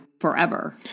forever